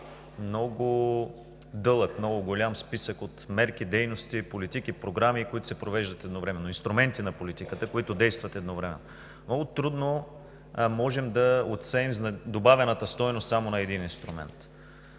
много дълъг, много голям списък от мерки, дейности, политики, програми, които се провеждат едновременно, инструменти на политиката, които действат едновременно. Много трудно можем да отсеем добавената стойност само на един инструмент.